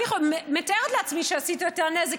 אני מתארת לעצמי שעשית יותר נזק,